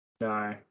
No